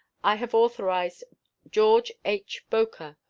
i have authorized george h. boker,